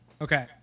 Okay